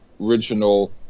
original